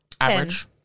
Average